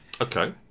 Okay